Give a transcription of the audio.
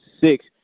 six